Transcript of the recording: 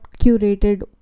curated